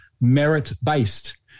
merit-based